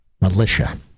militia